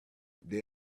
they